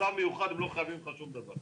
מצב מיוחד, הם לא חייבים לך שום דבר.